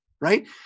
right